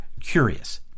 curious